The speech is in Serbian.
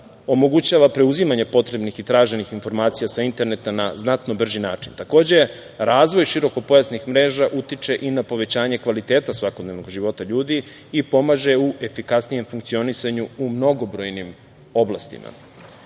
omogućava preuzimanje potrebnih i traženih informacija sa interneta na znatno brži način. Takođe, razvoj širokopojasnih mreža utiče i na povećanje kvaliteta svakodnevnog života ljudi, i pomaže u efikasnijem funkcionisanju u mnogobrojnim oblastima. Pandemija